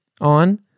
on